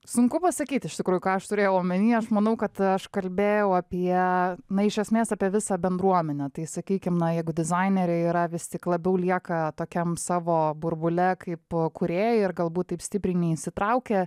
sunku pasakyti iš tikrųjų ką aš turėjau omeny aš manau kad aš kalbėjau apie na iš esmės apie visą bendruomenę tai sakykim na jeigu dizaineriai yra vis tik labiau lieka tokiam savo burbule kaip kūrejai ir galbūt taip stipriai neįsitraukia